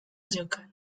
zeukan